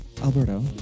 Alberto